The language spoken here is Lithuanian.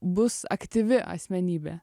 bus aktyvi asmenybė